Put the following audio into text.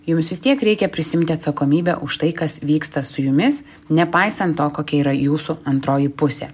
jums vis tiek reikia prisiimti atsakomybę už tai kas vyksta su jumis nepaisant to kokia yra jūsų antroji pusė